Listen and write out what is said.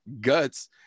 guts